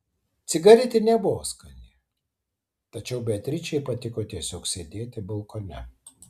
cigaretė nebuvo skani tačiau beatričei patiko tiesiog sėdėti balkone